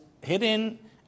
hidden